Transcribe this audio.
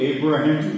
Abraham